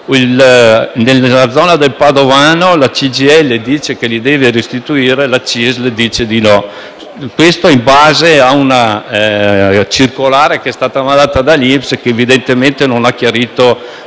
Nella zona del padovano la CGIL dice che li dovranno restituire, mentre la CISL dice di no; questo in base a una circolare che è stata inviata dall'INPS, che evidentemente non ha chiarito